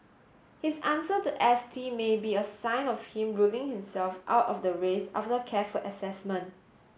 his answer to S T may be a sign of him ruling himself out of the race after careful assessment